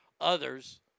others